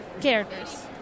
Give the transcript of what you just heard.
characters